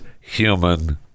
human